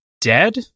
dead